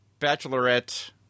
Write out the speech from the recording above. Bachelorette